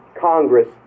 Congress